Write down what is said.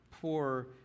Poor